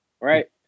right